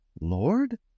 Lord